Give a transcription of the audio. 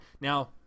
now